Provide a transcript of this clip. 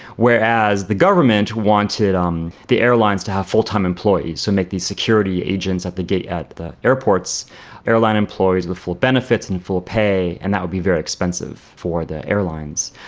whereas the government wanted um the airlines to have full-time employees, so make these security agents at the gate at the airports airports airline employees with full benefits and full pay, and that would be very expensive for the airlines.